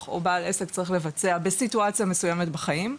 או בעל עסק צריך לבצע בסיטואציה מסוימת בחיים,